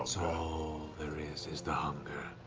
it's all there is, is the um